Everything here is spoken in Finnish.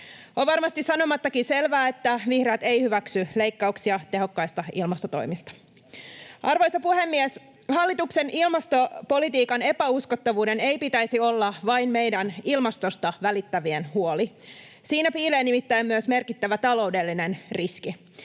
On varmasti sanomattakin selvää, että vihreät eivät hyväksy leikkauksia tehokkaista ilmastotoimista. Arvoisa puhemies! Hallituksen ilmastopolitiikan epäuskottavuuden ei pitäisi olla vain meidän ilmastosta välittävien huoli. Siinä piilee nimittäin myös merkittävä taloudellinen riski.